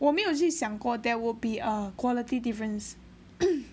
我没有去想过 there will be a quality difference